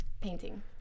Painting